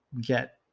get